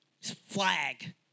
flag